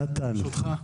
נתן בביוף, בבקשה.